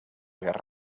guerra